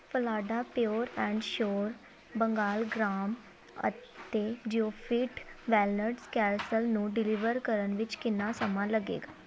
Phalada pure and sure Bengal gram ਅਤੇ ਜ਼ਿਓਫਿੱਟ walnuts ਕੈਸਲਸ ਨੂੰ ਡਿਲੀਵਰ ਕਰਨ ਵਿੱਚ ਕਿੰਨਾ ਸਮਾਂ ਲੱਗੇਗਾ